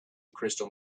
crystal